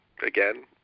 again